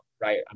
right